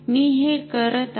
मी हे करत आहे